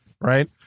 right